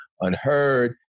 unheard